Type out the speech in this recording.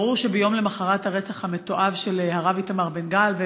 ברור שביום למוחרת הרצח המתועב של הרב איתמר בן גל,